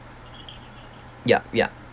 yup yup